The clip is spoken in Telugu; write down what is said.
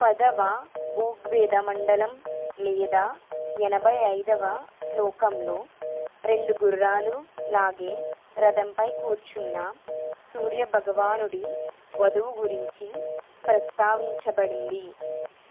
పదవ ఋగ్వేద మండలం లేదా ఎనభై ఐదవ శ్లోకంలో రెండు గుర్రాలు లాగే రథంపై కూర్చున్న సూర్య భగవానుడి వధువు గురించి ప్రస్తావించబడింది